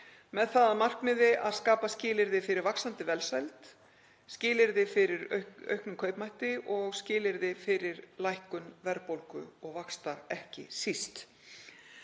það að markmiði að skapa skilyrði fyrir vaxandi velsæld, skilyrði fyrir auknum kaupmætti og skilyrði fyrir lækkun verðbólgu og vaxta ekki síst.